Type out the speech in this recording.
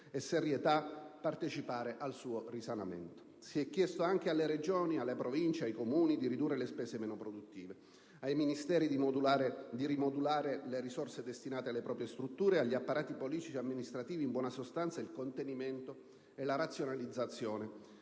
e serietà partecipare al suo risanamento. Si è chiesto anche alle Regioni, alle Province ed ai Comuni di ridurre le spese meno produttive, ai Ministeri di rimodulare le risorse destinate alle proprie strutture, agli apparati politici e amministrativi, in buona sostanza, il contenimento e la razionalizzazione